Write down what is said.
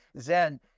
Zen